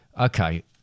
Okay